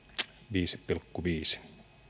viisi pilkku viisi